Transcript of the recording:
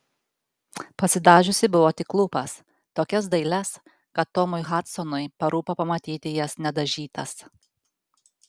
pasidažiusi buvo tik lūpas tokias dailias kad tomui hadsonui parūpo pamatyti jas nedažytas